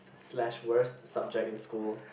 slash worst subject in school